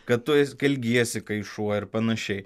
kad tu elgiesi kai šuo ir panašiai